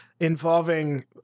involving